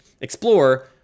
Explore